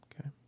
Okay